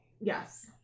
yes